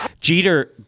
Jeter